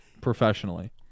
professionally